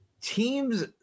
teams